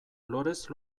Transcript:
lorez